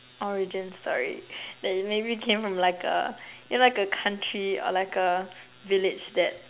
origin story uh maybe came from like a you know like a country or like a village that